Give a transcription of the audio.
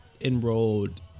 enrolled